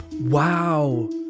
Wow